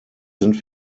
sind